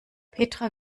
petra